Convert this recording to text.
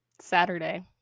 Saturday